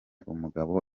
umugabo